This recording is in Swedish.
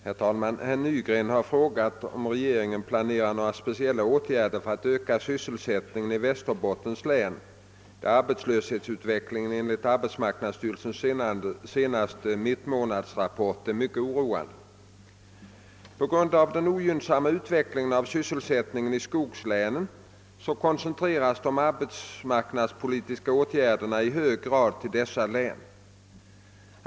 Herr talman! Herr Nygren har frågat om regeringen planerar några speciella åtgärder för att öka sysselsättningen i Västerbottens län, där arbetslöshetsutvecklingen enligt arbetsmarknadsstyrelsens senaste mittmånadsrapport är mycket oroande. På grund av den ogynnsamma utvecklingen av sysselsättningen i skogslänen koncentreras de arbetsmarknadspolitiska åtgärderna i hög grad till dessa län.